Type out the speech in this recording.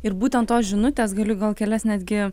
ir būtent tos žinutės galiu gal kelias netgi